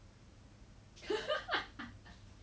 she was there for one point five years also she was